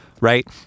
right